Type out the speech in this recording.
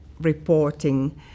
reporting